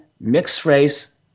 mixed-race